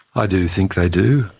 i do think they do.